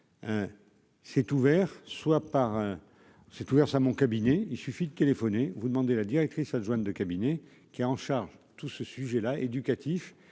c'est ouvert, soit par un c'est ouvert ça mon cabinet, il suffit de téléphoner, vous demandez la directrice adjointe de cabinet qui a en charge tout ce sujet-là, éducatif